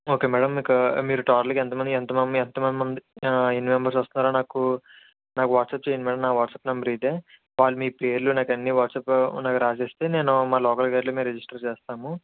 okay madam మీకు మీరు టోటల్గా ఎంతమని ఎంతమంది ఎన్ని మెంబర్స్ వస్తున్నారు నాకు నాకు వాట్సాప్ చేయండి మ్యాడమ్ నా వాట్సాప్ నంబర్ ఇదే వాళ్ళు మీ పేర్లు నాకన్నీ వాట్సప్పు నాకు రాసిస్తే నేను మా లోకల్ గైడ్లో మీకు రిజిస్టర్ చేస్తాము